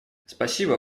спасибо